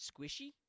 squishy